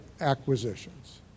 acquisitions